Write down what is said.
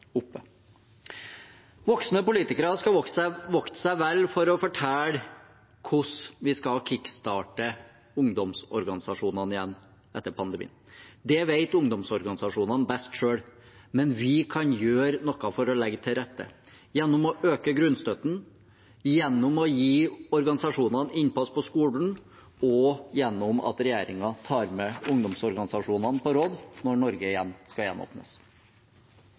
Voksne politikere skal vokte seg vel for å fortelle hvordan vi skal kickstarte ungdomsorganisasjonene igjen etter pandemien – det vet ungdomsorganisasjonene best selv. Men vi kan gjøre noe for å legge til rette, gjennom å øke grunnstøtten, gjennom å gi organisasjonene innpass på skolen og gjennom at regjeringen tar med ungdomsorganisasjonene på råd når Norge igjen skal gjenåpnes.